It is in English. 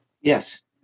Yes